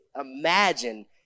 imagine